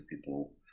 people